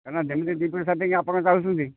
କାହିଁକିନା ଯେମିତି ଦୁଇ ପଇସା ଦେଇକି ଆପଣ ଚାହୁଁଛନ୍ତି